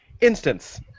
instance